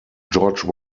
george